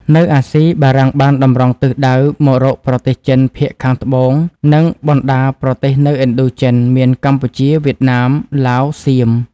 នៅអាស៊ី បារាំងបានតម្រង់ទិសដៅមករកប្រទេសចិន ភាគខាងត្បូងនិង បណ្តាប្រទេសនៅឥណ្ឌូចិនមានកម្ពុជា វៀតណាម ឡាវសៀម។